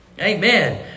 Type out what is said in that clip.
Amen